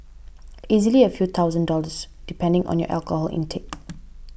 easily a few thousand dollars depending on your alcohol intake